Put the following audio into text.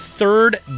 Third